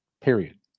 period